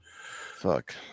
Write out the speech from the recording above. fuck